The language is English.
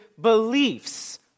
beliefs